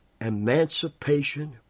Emancipation